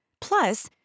Plus